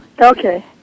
Okay